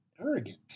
arrogant